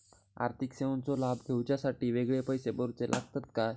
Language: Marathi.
आर्थिक सेवेंचो लाभ घेवच्यासाठी वेगळे पैसे भरुचे लागतत काय?